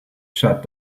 shut